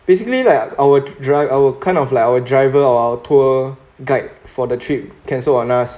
basically like our drive our kind of like our driver or our tour guide for the trip cancelled on us